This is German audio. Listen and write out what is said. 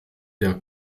der